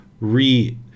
re